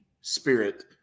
spirit